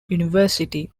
university